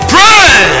Pray